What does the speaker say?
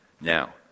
Now